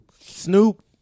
Snoop